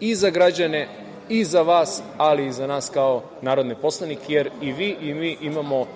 i za građane i za vas, ali i za nas kao narodne poslanike jer i vi i mi imamo